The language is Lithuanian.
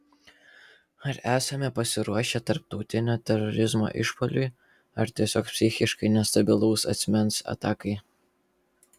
ar esame pasiruošę tarptautinio terorizmo išpuoliui ar tiesiog psichiškai nestabilaus asmens atakai